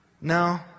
no